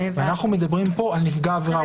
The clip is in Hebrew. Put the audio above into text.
ואנחנו מדברים פה על נפגע עבירה,